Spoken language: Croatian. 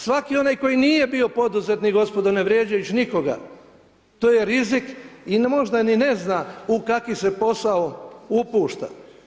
Svaki onaj koji nije bio poduzetnik gospodo ne vrijeđajući nikoga, to je rizik i možda ni ne zna u kakav se posao upušta.